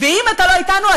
ואם אתה לא אתנו,